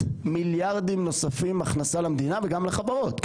מיליארדים נוספים הכנסה למדינה וגם לחברות,